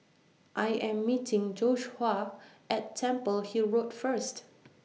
I Am meeting Joshuah At Temple Hill Road First